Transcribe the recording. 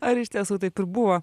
ar iš tiesų taip ir buvo